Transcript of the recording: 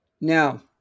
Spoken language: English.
Now